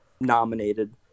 nominated